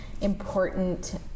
important